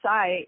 site